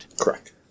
Correct